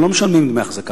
ושלום על ישראל.